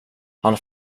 han